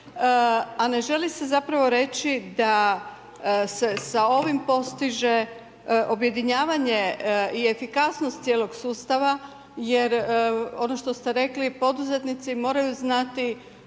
a ne želi se zapravo reći da se sa ovim postiže objedinjavanje i efikasnost cijelog sustava jer ono što ste rekli poduzetnici moraju znati